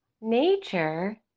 nature